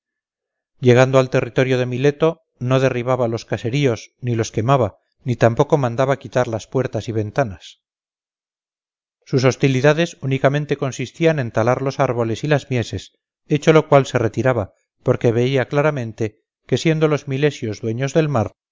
llegando al territorio de mileto no derribaba los caseríos ni los quemaba ni tampoco mandaba quitar las puertas y ventanas sus hostilidades únicamente consistían en talar los árboles y las mieses hecho lo cual se retiraba porque veía claramente que siendo los milesios dueños del mar